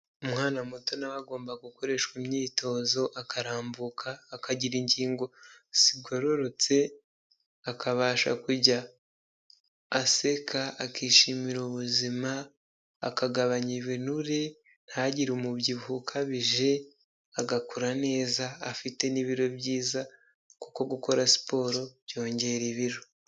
Umwana muto nawe agomba gukoreshwa imyitozo akambuka akagira ingingo zigororotse, akabasha kujya aseka akishimira ubuzima, akagabanya ibinure ntagire umubyibuho ukabije, agakura neza afite n'ibiro byiza kuko gukora siporo byongera ibiro.